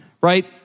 right